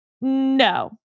No